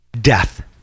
Death